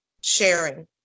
sharing